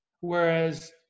whereas